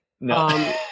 No